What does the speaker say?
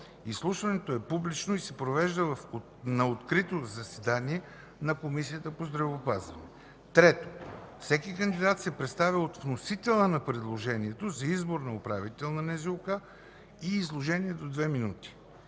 Изслушването е публично и се провежда в открито заседание на Комисията по здравеопазването. 3. Всеки кандидат се представя от вносителя на предложението за избор за управител на Националната